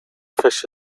fish